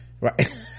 right